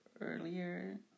earlier